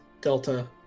Delta